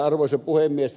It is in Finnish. arvoisa puhemies